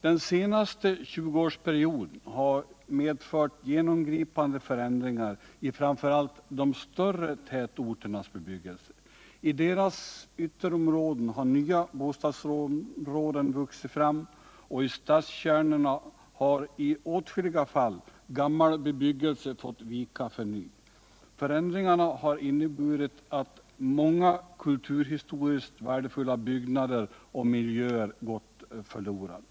Den senaste 20-årsperioden har medfört genomgripande förändringar i framför allt de större tätorternas bebyggelse. I deras ytterområden har nya bostadsområden vuxit fram, och i stadskärnorna har i åtskilliga fall gammal bebyggelse fått vika för ny. Förändringarna har inneburit att många kulturhistoriskt värdefulla byggnader och miljöer gått förlorade.